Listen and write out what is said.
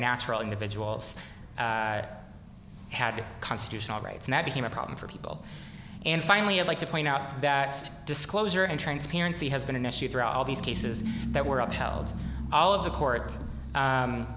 natural individuals had constitutional rights that became a problem for people and finally i'd like to point out disclosure and transparency has been an issue throughout all these cases that were upheld all of the court